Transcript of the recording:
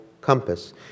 compass